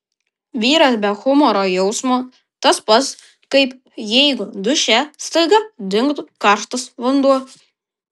vyras be humoro jausmo tas pats kaip jeigu duše staiga dingtų karštas vanduo